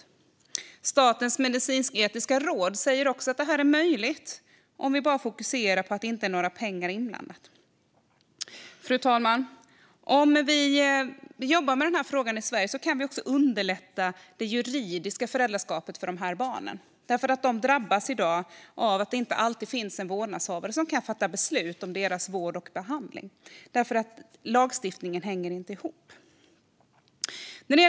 Även Statens medicinsk-etiska råd säger att det här är möjligt, om vi bara fokuserar på att det inte är några pengar inblandade. Fru talman! Om vi jobbar med den här frågan i Sverige kan vi också underlätta det juridiska föräldraskapet gällande dessa barn. I dag drabbas de nämligen på så sätt att det inte alltid finns en vårdnadshavare som kan fatta beslut om deras vård och behandling, detta eftersom lagstiftningen inte hänger ihop.